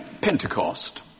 Pentecost